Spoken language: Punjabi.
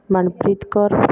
ਮਨਪ੍ਰੀਤ ਕੌਰ